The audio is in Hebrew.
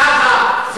הגולן הוא שטח כבוש.